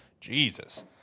Jesus